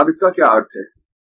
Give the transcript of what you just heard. अब इसका क्या अर्थ है